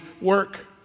work